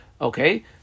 Okay